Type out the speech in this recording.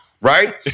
right